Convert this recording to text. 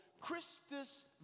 Christus